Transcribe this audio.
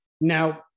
Now